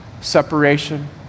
separation